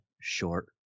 Short